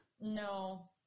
No